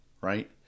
Right